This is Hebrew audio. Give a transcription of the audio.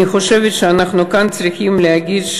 אני חושבת שאנחנו כאן צריכים להגיד,